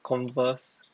Converse